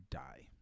die